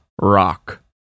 rock